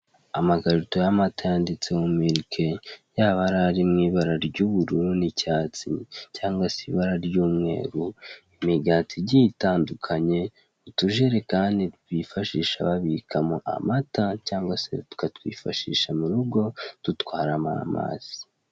amakarito y'amata yanditseho milk yaba ari mwibara ry'ubururu n'icyatsi cyangwa se ibara ry'umweru imigati igiye itandukanye utujerekani bifashisha babikamo amata cyangwa se tukatwifashisha murugo dutwaramo amazi